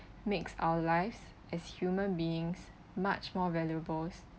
makes our lives as human beings much more valuables